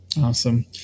Awesome